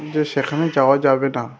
যে সেখানে যাওয়া যাবে না